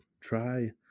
try